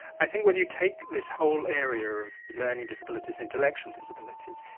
i think when you take this whole area of learning disabilities, intellectual disabilities,